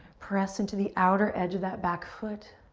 press into the outer edge of that back foot.